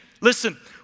Listen